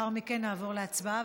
לאחר מכן נעבור להצבעה,